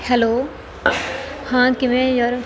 hello ਹਾਂ ਕਿਵੇਂ ਯਾਰ